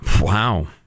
Wow